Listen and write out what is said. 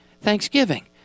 Thanksgiving